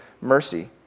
mercy